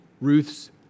Ruth's